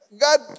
God